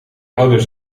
ouders